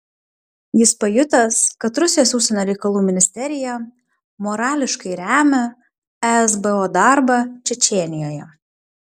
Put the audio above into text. jis pajutęs kad rusijos užsienio reikalų ministerija morališkai remia esbo darbą čečėnijoje